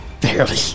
barely